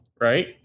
right